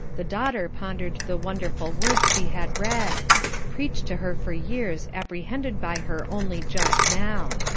the daughter pondered the wonderful words she had read preached to her for years, apprehended by her only just now.